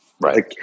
right